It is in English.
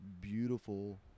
beautiful